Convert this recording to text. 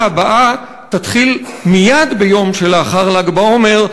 הבאה תתחיל מייד ביום שלאחר ל"ג בעומר,